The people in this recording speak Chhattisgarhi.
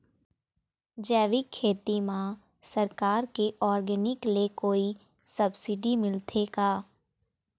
जैविक खेती म सरकार के ऑर्गेनिक ले कोई सब्सिडी मिलथे का?